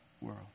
world